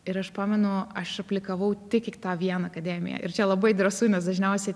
ir aš pamenu aš aplikavau tik į tą vieną akademiją ir čia labai drąsu nes dažniausiai